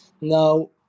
Now